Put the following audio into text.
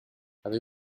avec